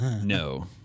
No